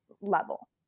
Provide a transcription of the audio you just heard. level